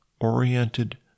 oriented